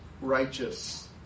righteous